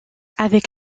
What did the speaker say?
avec